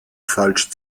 falsch